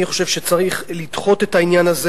אני חושב שצריך לדחות את העניין הזה.